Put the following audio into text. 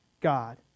God